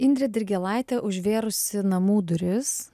indrė dirgėlaitė užvėrusi namų duris